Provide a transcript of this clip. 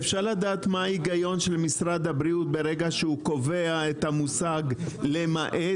אפשר לדעת מה ההיגיון של משרד הבריאות ברגע שהוא קובע את המושג "למעט"?